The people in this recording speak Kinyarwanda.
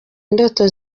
indoto